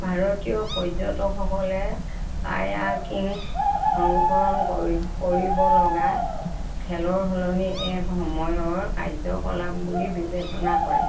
ভাৰতীয় পৰ্যটকসকলে কায়াকিঙ্ক অনুসৰণ কৰি কৰিব লগা খেলৰ সলনি এক সময়ৰ কাৰ্যকলাপ বুলি বিবেচনা কৰে